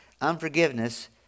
Unforgiveness